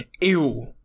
ew